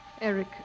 Eric